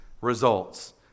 results